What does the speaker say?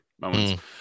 moments